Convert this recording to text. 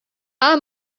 our